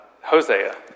Hosea